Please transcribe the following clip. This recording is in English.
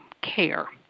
care